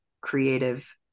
creative